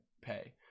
pay